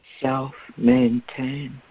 self-maintained